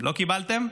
לא קיבלתם?